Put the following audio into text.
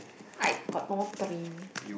I got no dream